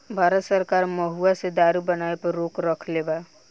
भारत सरकार महुवा से दारू बनावे पर रोक रखले बा